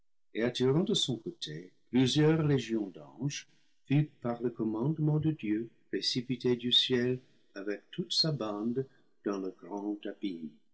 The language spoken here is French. attirant de son côté plusieurs légions d'anges fut par le commandement de dieu précipité du ciel avec toute sa bande dans le grand